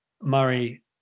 Murray